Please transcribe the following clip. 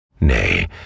Nay